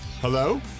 Hello